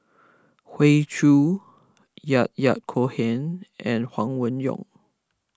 Hoey Choo Yahya Cohen and Huang Wenhong